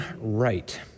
right